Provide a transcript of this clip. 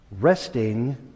Resting